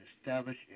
establish